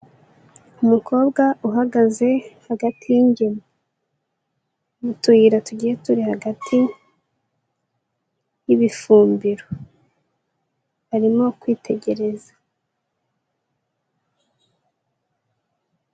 Umukobwa uhagaze hagati y'ingemwe. Mu tuyira tugiye turi hagati, y'ibifumbiro. Arimo kwitegereza.